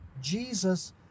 Jesus